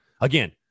Again